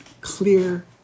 clear